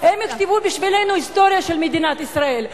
הם יכתבו בשבילנו את ההיסטוריה של מדינת ישראל.